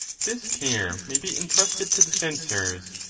this care may be entrusted to the censors,